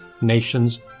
nations